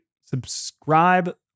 subscribe